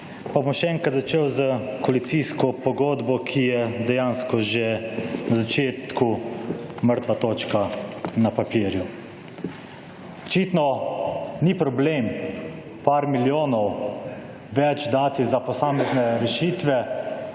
Pa bom še enkrat začel z koalicijsko pogodbo, ki je dejansko že v začetku mrtva točka na papirju. Očitno ni problem par milijonov več dati za posamezne rešitve,